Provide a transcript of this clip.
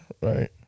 right